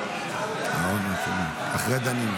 נשק לפגיעה המונית),